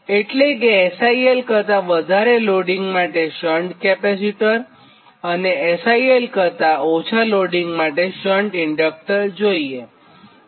એટલે કે SIL કરતાં વધારે લોડિંગ માટે શન્ટ કેપેસિટર અને SIL કરતાં ઓછા લોડિંગ માટેશન્ટ ઇન્ડક્ટર જોઇએ